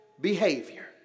behavior